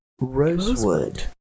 Rosewood